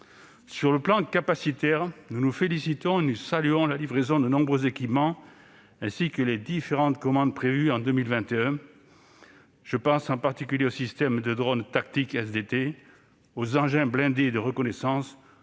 Sur le plan capacitaire, nous nous félicitons et saluons la livraison de nombreux équipements, ainsi que les différentes commandes prévues en 2021. Je pense par exemple aux systèmes de drones tactiques SDT, aux engins blindés de reconnaissance